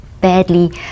badly